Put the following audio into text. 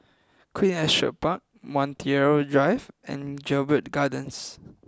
Queen Astrid Park Montreal Drive and Jedburgh Gardens